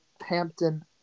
Hampton